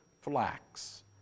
flax